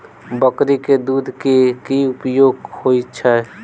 बकरी केँ दुध केँ की उपयोग होइ छै?